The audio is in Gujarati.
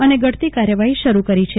અને ઘટતી કાર્યવાહી શરૂ કરી છે